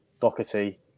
Doherty